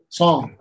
song